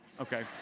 okay